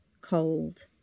cold